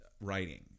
writing